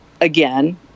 again